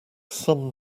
some